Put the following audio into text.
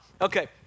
Okay